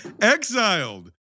exiled